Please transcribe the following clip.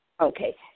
Okay